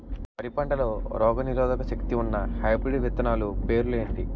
వరి పంటలో రోగనిరోదక శక్తి ఉన్న హైబ్రిడ్ విత్తనాలు పేర్లు ఏంటి?